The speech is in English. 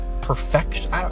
perfection